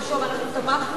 ואנחנו תמכנו בו,